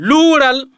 Lural